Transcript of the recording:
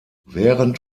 während